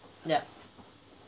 yup